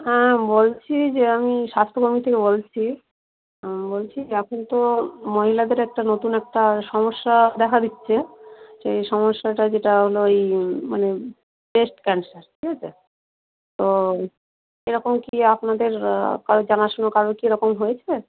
হ্যাঁ বলছি যে আমি স্বাস্থ্যভবন থেকে বলছি বলছি এখন তো মহিলাদের একটা নতুন একটা সমস্যা দেখা দিচ্ছে সেই সমস্যাটা যেটা হলো এই মানে ব্রেস্ট ক্যান্সার ঠিক আছে তো এরকম কি আপনাদের কারুর জানাশোনা কারোর কি এরকম হয়েছে